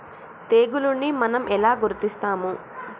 తెగులుని మనం ఎలా గుర్తిస్తాము?